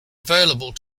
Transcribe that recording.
available